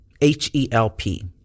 H-E-L-P